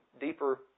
deeper